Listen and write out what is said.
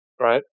Right